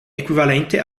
equivalente